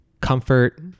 comfort